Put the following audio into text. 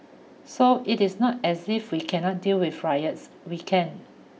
so it is not as if we cannot deal with riots we can